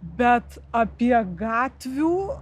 bet apie gatvių